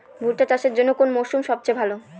ভুট্টা চাষের জন্যে কোন মরশুম সবচেয়ে ভালো?